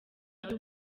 nawe